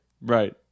Right